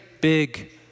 big